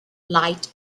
light